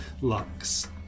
Lux